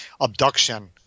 abduction